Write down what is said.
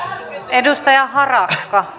edustaja